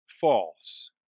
False